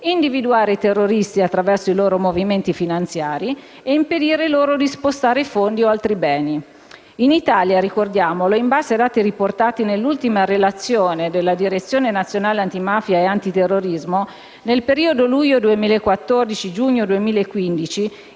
individuare i terroristi attraverso i loro movimenti finanziari e impedire loro di spostare fondi o altri beni. In Italia, ricordiamolo, in base ai dati riportati nell'ultima relazione della Direzione nazionale antimafia e antiterrorismo, nel periodo luglio 2014 - giugno 2015